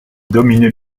dominait